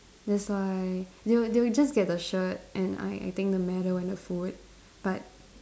that's why they will they will just get the shirt and I I think the medal and the food but